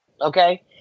okay